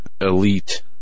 elite